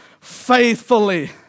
faithfully